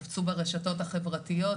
הופצו ברשתות החברתיות,